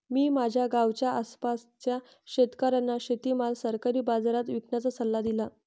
मी माझ्या गावाच्या आसपासच्या शेतकऱ्यांना शेतीमाल सरकारी बाजारात विकण्याचा सल्ला दिला